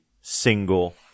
single